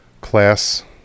class